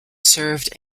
served